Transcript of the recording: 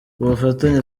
ubufatanye